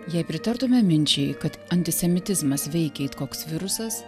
jei pritartume minčiai kad antisemitizmas veikia it koks virusas